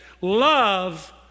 love